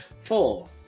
Four